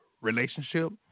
relationship